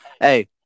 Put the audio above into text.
Hey